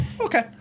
Okay